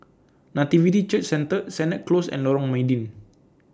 Nativity Church Centre Sennett Close and Lorong Mydin